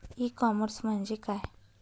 E commerce म्हणजे काय?